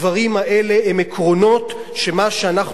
הדברים האלה הם עקרונות שמה שאנחנו